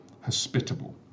hospitable